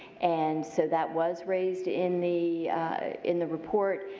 and so that was raised in the in the report.